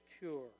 pure